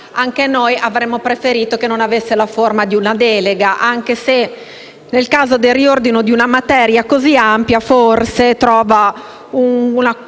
anche noi avremmo preferito che non avesse la forma di una delega, anche se il caso del riordino di una materia così ampia forse trova un qualche